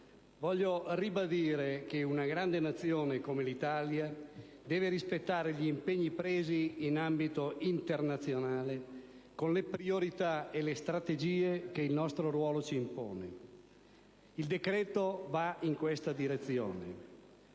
voglio ribadire che una grande Nazione come l'Italia deve rispettare gli impegni presi in ambito internazionale con le priorità e le strategie che il nostro ruolo ci impone. Il decreto va in questa direzione.